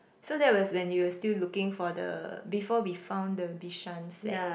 so that was when you were still looking for the before we found the Bishan flat